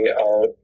out